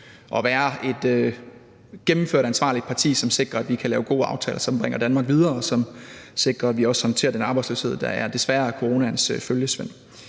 at være et gennemført ansvarligt parti, som sikrer, at vi kan lave gode aftaler, som bringer Danmark videre, og som sikrer, at vi også håndterer den arbejdsløshed, der desværre er coronaens følgesvend.